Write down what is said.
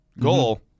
goal